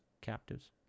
Captives